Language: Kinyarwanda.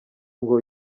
ngo